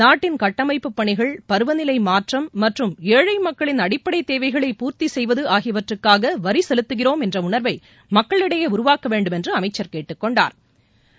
நாட்டின் கட்டமைப்பு பணிகள் பருவநிலை மாற்றம் மற்றும் ஏழை மக்களின் அடிப்படை தேவைகளை பூர்த்தி செய்வது ஆகியவற்றுக்னக வரிச் செலுத்துகிறோம் என்ற உணர்வை மக்களிடையே உருவாக்க வேண்டும் என்று அமைச்ச் கேட்டுக்கொண்டாா்